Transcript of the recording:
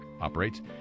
operates